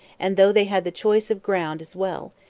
and though they had the choice of ground as well,